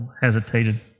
hesitated